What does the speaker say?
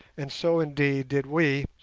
and so indeed did we,